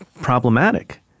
problematic